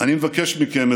אני מבקש מכם,